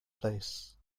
place